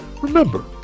remember